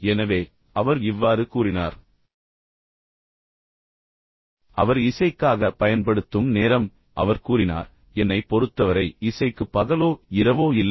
எனவே அவர் இவ்வாறு கூறினார் அவர் இசைக்காக பயன்படுத்தும் நேரம் அவர் கூறினார் என்னைப் பொறுத்தவரை இசைக்கு பகலோ இரவோ இல்லை